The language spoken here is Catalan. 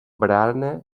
barana